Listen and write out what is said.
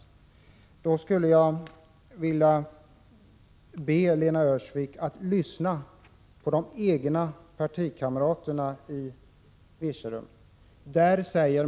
Jag skulle vilja be Lena Öhrsvik att lyssna på de egna partikamraterna i Virserum.